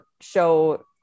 show